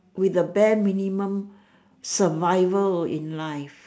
with a bare minimum survival in life